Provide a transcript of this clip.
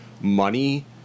money